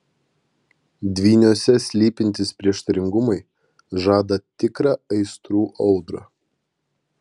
dvyniuose slypintys prieštaringumai žada tikrą aistrų audrą